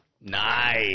Nice